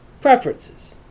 preferences